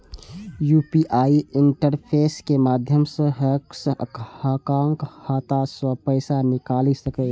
UPI interface के माध्यम सं हैकर्स अहांक खाता सं पैसा निकालि सकैए